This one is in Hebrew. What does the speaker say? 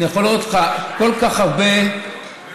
אני יכול להראות לך כל כך הרבה חוקים.